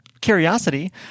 curiosity